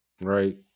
right